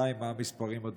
2. מה המספרים ב-2020?